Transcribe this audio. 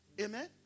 Amen